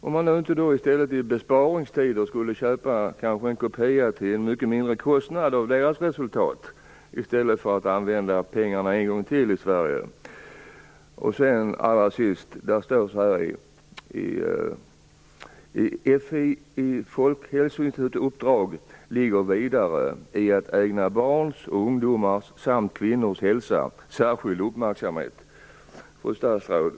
Kan man inte nu i besparingstider köpa en kopia av dessa resultat till en mycket mindre kostnad i stället för att använda pengar en gång till i Sverige? I interpellationssvaret står att det i Folkhälsoinstitutets uppdrag vidare ligger att ägna barns, ungdomars samt kvinnors hälsa särskild uppmärksamhet. Fru statsråd!